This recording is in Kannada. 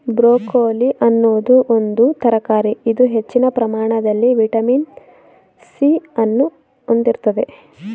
ಬ್ರೊಕೊಲಿ ಅನ್ನೋದು ಒಂದು ತರಕಾರಿ ಇದು ಹೆಚ್ಚಿನ ಪ್ರಮಾಣದಲ್ಲಿ ವಿಟಮಿನ್ ಸಿ ಅನ್ನು ಹೊಂದಿರ್ತದೆ